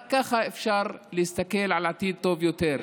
רק ככה אפשר להסתכל על עתיד טוב יותר.